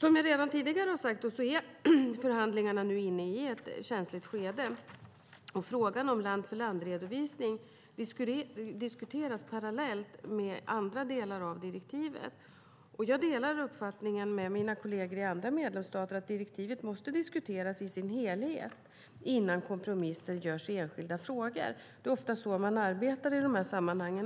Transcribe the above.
Som jag redan tidigare har sagt är förhandlingarna nu inne i ett känsligt skede. Frågan om land-för-land-redovisning diskuteras parallellt med andra delar av direktivet. Jag delar uppfattningen med mina kolleger i andra medlemsstater att direktivet måste diskuteras i sin helhet innan kompromisser görs i enskilda frågor. Det är oftast så man arbetar i dessa sammanhang.